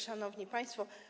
Szanowni Państwo!